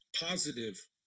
positive